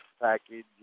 package